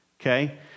okay